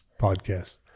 podcast